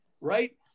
right